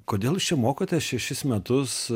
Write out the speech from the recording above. kodėl jūs čia mokotės šešis metus